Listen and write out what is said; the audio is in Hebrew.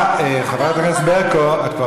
אתה לא